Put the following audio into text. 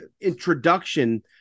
Introduction